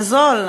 זה זול.